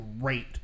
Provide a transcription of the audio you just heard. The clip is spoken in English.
great